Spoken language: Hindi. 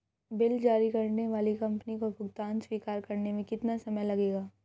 बिल जारी करने वाली कंपनी को भुगतान स्वीकार करने में कितना समय लगेगा?